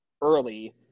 early